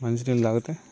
మంచినీళ్ళు త్రాగితే